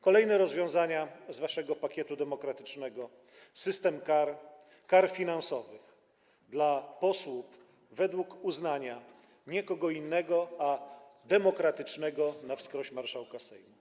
Kolejne rozwiązania z waszego pakietu demokratycznego to system kar, kar finansowych dla posłów nakładanych według uznania nie kogo innego, tylko demokratycznego na wskroś marszałka Sejmu.